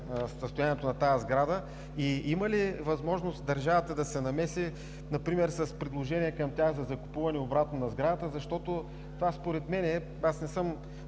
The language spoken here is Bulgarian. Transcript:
състоянието на сградата? Има ли възможност държавата да се намеси – например с предложение към тях за закупуване обратно на сградата, защото според мен – не съм